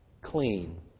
clean